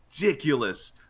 ridiculous